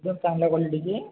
एकदम चांगल्या क्वॉलिटीची आहे